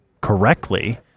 correctly